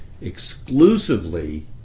exclusively